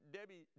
Debbie